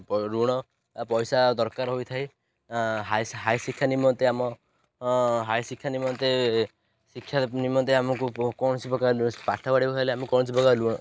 ଋଣ ପଇସା ଦରକାର ହୋଇଥାଏ ହାଇ ହାଇ ଶିକ୍ଷା ନିମନ୍ତେ ଆମ ହାଇ ଶିକ୍ଷା ନିମନ୍ତେ ଶିକ୍ଷା ନିମନ୍ତେ ଆମକୁ କୌଣସି ପ୍ରକାର ପାଠ ପଢ଼ିବାକୁ ହେଲେ ଆମେ କୌଣସି ପ୍ରକାର ଋଣ